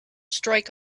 strike